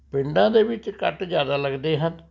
ਪਿੰਡਾ ਦੇ ਵਿੱਚ ਕੱਟ ਜ਼ਿਆਦਾ ਲਗਦੇ ਹਨ